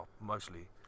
mostly